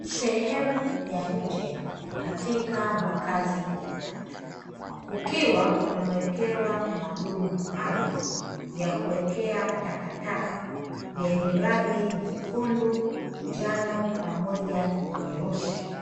Sehemu ya nje katika makazi ya watu kukiwa kumewekewa madumu maalum ya kuwekea takataka yenye rangi nyekundu, njano pamoja na nyeusi.